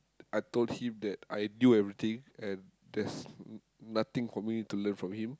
I told him that I knew everything and there's nothing for me to learn from him